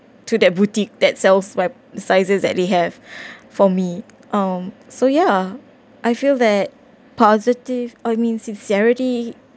to that boutique that sells sizes that they have for me um so yeah I feel that positive or you mean sincerity